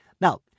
Now